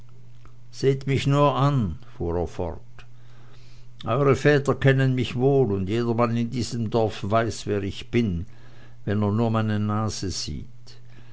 seht mich nur an fuhr er fort eure väter kennen mich wohl und jedermann in diesem dorfe weiß wer ich bin wenn er nur meine nase ansieht